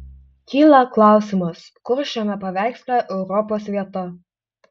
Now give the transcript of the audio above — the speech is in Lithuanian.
kyla klausimas kur šiame paveiksle europos vieta